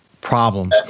problem